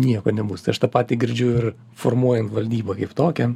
nieko nebus tai aš tą patį girdžiu ir formuojant valdybą kaip tokią